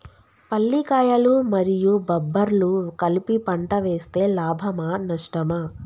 పల్లికాయలు మరియు బబ్బర్లు కలిపి పంట వేస్తే లాభమా? నష్టమా?